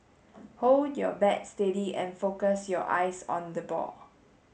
hold your bat steady and focus your eyes on the ball